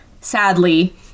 sadly